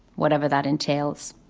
whatever that entails.